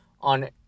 on